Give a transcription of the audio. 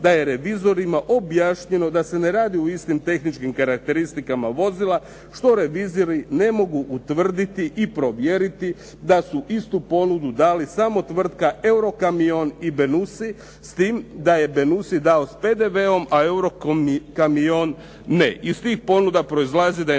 da je revizorima objašnjeno da se ne radi o istim tehničkim karakteristikama vozila, što revizori ne mogu utvrditi i provjeriti da su istu ponudu dali samo tvrtka Eurokamion i Benussi, s tim da je Benussi dao s PDV-om, a Eurokamion ne.